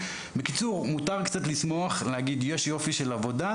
בקיצור, מותר קצת לשמוח ולהגיד: יופי של עבודה.